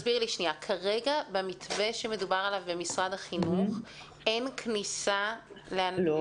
כרגע במתווה שמדובר עליו במשרד החינוך אין כניסה --- לא